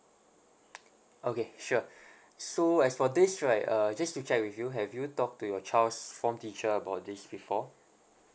okay sure so as for this right uh just to check with you have you talked to your child's form teacher about this before